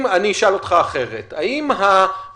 אני אשאל אותך אחרת, האם הפרסומים,